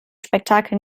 spektakel